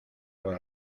los